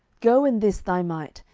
go in this thy might,